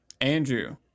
Andrew